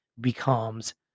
becomes